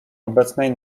obecnej